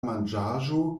manĝaĵo